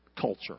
culture